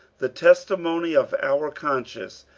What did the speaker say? the testimony of our conscience,